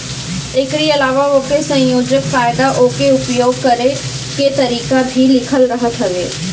एकरी अलावा ओकर संयोजन, फायदा उके उपयोग करे के तरीका भी लिखल रहत हवे